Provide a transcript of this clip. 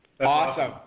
awesome